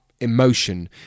emotion